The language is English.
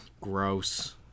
Gross